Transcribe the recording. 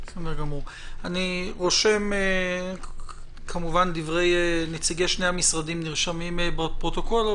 כמובן דברי נציגי שני המשרדים נרשמים בפרוטוקול,